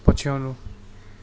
पछ्याउनु